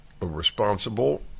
responsible